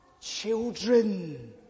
children